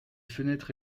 fenêtres